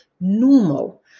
normal